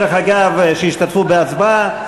שישתתפו בהצבעה.